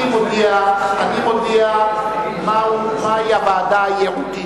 אני מודיע מהי הוועדה הייעודית.